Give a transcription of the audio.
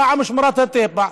פעם שמורת הטבע,